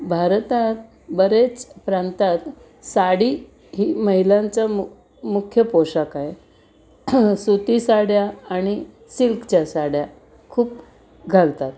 भारतात बरेच प्रांतात साडी ही महिलांचा मु मुख्य पोषाख आहे सुती साड्या आणि सिल्कच्या साड्या खूप घालतात